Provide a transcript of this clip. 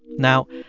now,